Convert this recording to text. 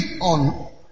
on